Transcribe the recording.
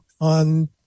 on